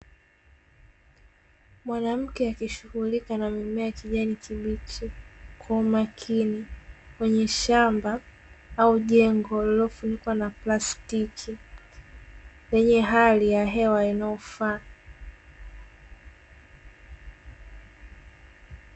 Mwanamke akishughulika na mimea ya kijani kibichi kwa umakini, kwenye shamba au jengo lililofunikwa na plastiki, lenye hali ya hewa inayofaa.